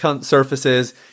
surfaces